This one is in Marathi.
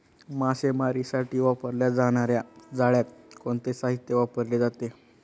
मासेमारीसाठी वापरल्या जाणार्या जाळ्यात कोणते साहित्य वापरले जाते?